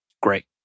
Great